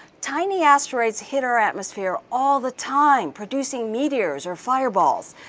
tiny asteroids hit our atmosphere all the time, producing meteors or fireballs.